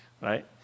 right